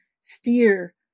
steer